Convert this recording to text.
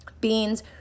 Beans